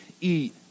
Eat